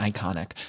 Iconic